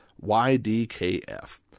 Y-D-K-F